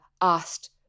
asked